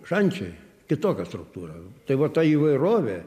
šančiai kitokia struktūra tai vat ta įvairovė